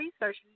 research